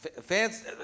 fans